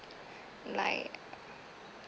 like